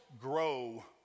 grow